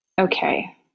Okay